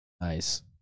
Nice